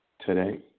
today